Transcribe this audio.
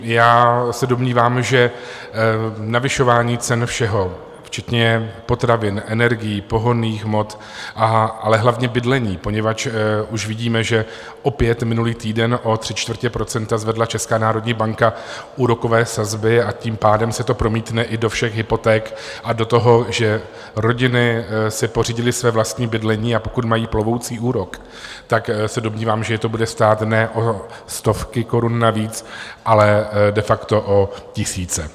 Já se domnívám, že navyšování cen všeho včetně potravin, energií, pohonných hmot, ale hlavně bydlení poněvadž už uvidíme, že opět minulý týden o 0,75 % zvedla Česká národní banka úrokové sazby a tím pádem se to promítne i do všech hypoték a do toho, že rodiny si pořídily své vlastní bydlení, a pokud mají plovoucí úrok, tak se domnívám, že je to bude stát ne o stovky korun navíc, ale de facto o tisíce.